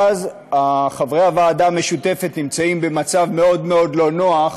ואז חברי הוועדה המשותפת נמצאים במצב מאוד מאוד לא נוח,